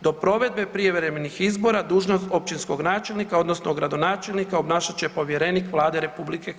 Do provedbe prijevremenih izbora dužnost općinskog načelnika odnosno gradonačelnika obnašat će povjerenik Vlade RH.